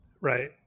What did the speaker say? Right